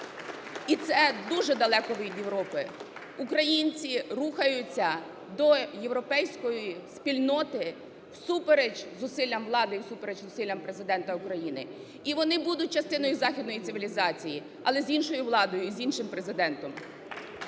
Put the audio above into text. І це дуже далеко від Європи. Українці рухаються до європейської спільноти всупереч зусиллям влади і всупереч зусиллям Президента України. І вони будуть частиною західної цивілізації, але з іншою владою і з іншим Президентом.